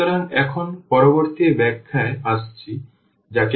সুতরাং এখন পরবর্তী ব্যাখ্যায় আসছি যাকে আমরা ভেক্টর ব্যাখ্যা বলি